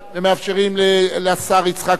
ומאפשרים לשר יצחק כהן,